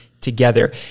together